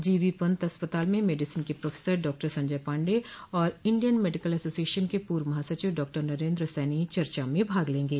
GB Pant अस्पताल में medicine के प्रोफेसर डॉक्टर संजय पांडे और इंडियन मेडिकल ऐसोसिएशन के पूर्व महासचिव डॉक्टर नरेंद्र सैनी चर्चा में भाग लेंगे